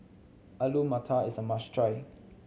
Alu Matar is a must try